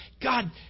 God